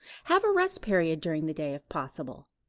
have a rest period during the day if possible.